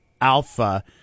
Alpha